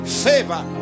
favor